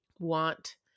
Want